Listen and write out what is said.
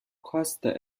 koste